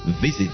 visit